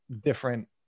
different